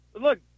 look